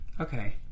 Okay